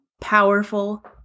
powerful